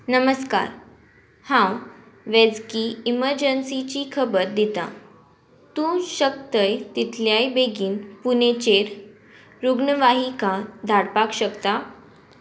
नमस्कार हांव वैजकी इमर्जंसीची खबर दिता तूं शकतय तितलेय बेगीन पुणेचेर रुग्णवाहिका धाडपाक शकता